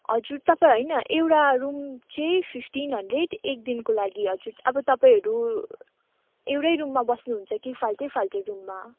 हजुर तपाईँ होइन एउटा रुम चाहिँ फिफ्टिन हन्ड्रेड एक दिनको लागि हजुर अब तपाईँहरू एउटै रुममा बस्नुहुन्छ कि फाल्टै फाल्टु रुममा